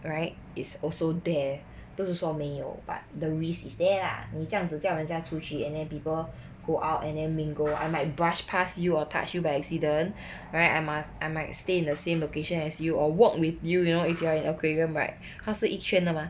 right is also there 不是说没有 but the risk is there lah 你这样子叫人家出去 and then people go out and then mingle and like brush past you or touch you by accident right I might I might stay in the same location as you or walk with you you know if you are in an aquarium right 他是一圈的吗